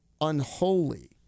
unholy